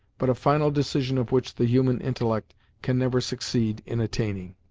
but a final decision of which the human intellect can never succeed in attaining.